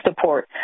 support